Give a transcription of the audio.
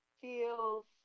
feels